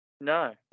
No